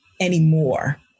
anymore